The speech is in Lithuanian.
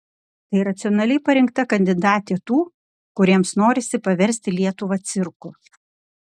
tai racionaliai parinkta kandidatė tų kuriems norisi paversti lietuvą cirku